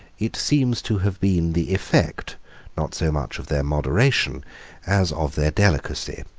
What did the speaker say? it seems to have been the effect not so much of their moderation as of their delicacy.